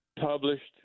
published